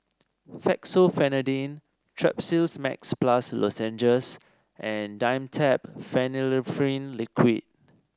Fexofenadine Strepsils Max Plus Lozenges and Dimetapp Phenylephrine Liquid